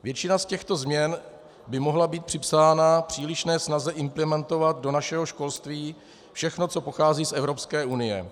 Většina z těchto změn by mohla být připsána přílišné snaze implementovat do našeho školství všechno, co pochází z Evropské unie.